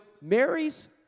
Mary's